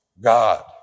God